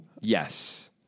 Yes